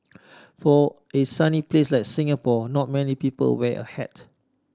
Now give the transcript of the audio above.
for a sunny place like Singapore not many people wear a hat